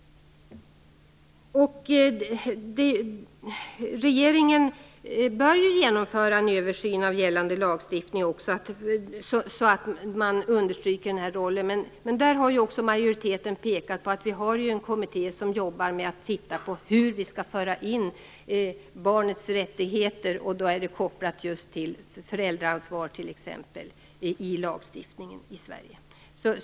Regeringen bör genomföra en översyn av gällande lagstiftning och understryka den här rollen. I det fallet har majoriteten pekat på att det finns en kommitté som jobbar med frågan om hur vi skall föra in barnens rättigheter, kopplat just till t.ex. föräldraansvar, i lagstiftningen i Sverige.